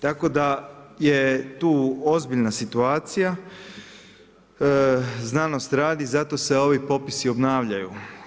Tako da je tu ozbiljna situacija, znanost radi zato se ovi popisi obnavljaju.